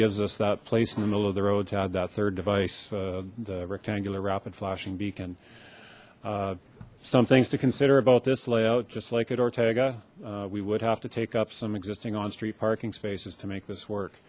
gives us that place in the middle of the road to add that third device rectangular rapid flashing beacon some things to consider about this layout just like it ortega we would have to take up some existing on street parking spaces to make this work